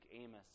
Amos